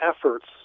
efforts